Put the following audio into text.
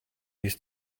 his